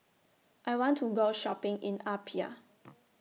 I want to Go Shopping in Apia